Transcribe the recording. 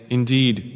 Indeed